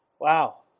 Wow